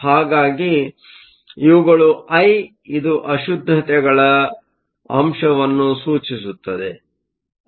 ಹಾಗಾಗಿ ಇವುಗಳು ಐ ಇದು ಅಶುದ್ದತೆಗಳ ಅಂಶವನ್ನು ಸೂಚಿಸುತ್ತದೆ